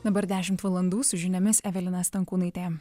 dabar dešimt valandų su žiniomis evelina stankūnaitė